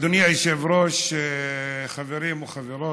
אדוני היושב-ראש, חברים וחברות,